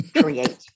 create